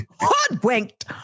hoodwinked